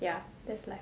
ya that's like